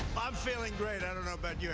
i'm feeling great. i don't know about you.